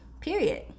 period